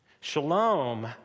Shalom